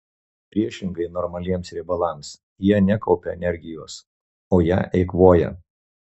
priešingai normaliems riebalams jie nekaupia energijos o ją eikvoja